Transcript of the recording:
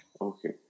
Okay